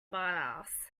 badass